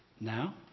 now